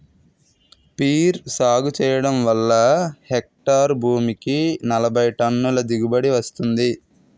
peer సాగు చెయ్యడం వల్ల హెక్టారు భూమికి నలబైటన్నుల దిగుబడీ వస్తుంది